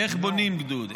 איך בונים גדוד,